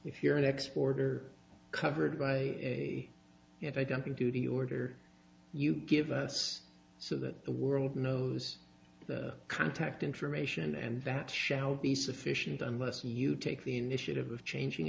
if you're an export are covered by a if i don't think duty order you give us so that the world knows the contact information and that shall be sufficient unless you take the initiative of changing